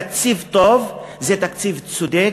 תקציב טוב זה תקציב צודק,